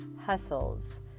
hustles